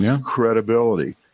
credibility